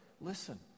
listen